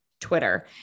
Twitter